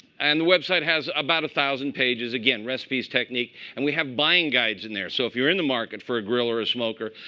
and the website has about one thousand pages again, recipes, technique. and we have buying guides in there. so if you're in the market for a grill or a smoker,